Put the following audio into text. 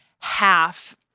half